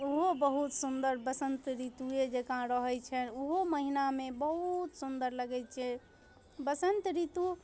ओहो बहुत सुन्दर बसन्त ऋतुएजकाँ रहै छै ओहो महिनामे बहुत सुन्दर लगै छै बसन्त ऋतु